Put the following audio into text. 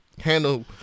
handle